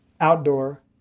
outdoor